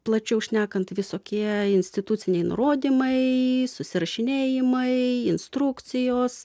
plačiau šnekant visokie instituciniai nurodymai susirašinėjimai instrukcijos